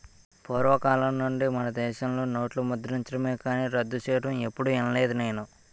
పూర్వకాలం నుండి మనదేశంలో నోట్లు ముద్రించడమే కానీ రద్దు సెయ్యడం ఎప్పుడూ ఇనలేదు నేను